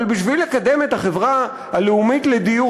אבל בשביל לקדם את החברה הלאומית לדיור